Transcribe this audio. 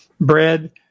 bread